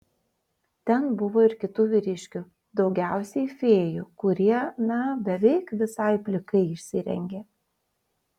ten buvo ir kitų vyriškių daugiausiai fėjų kurie na beveik visai plikai išsirengė